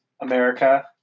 America